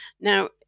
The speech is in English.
Now